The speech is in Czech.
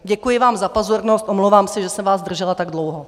Děkuji vám za pozornost, omlouvám se, že jsem vás zdržela tak dlouho.